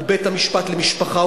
הוא בית-המשפט למשפחה,